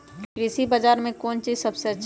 कृषि बजार में कौन चीज सबसे अच्छा होई?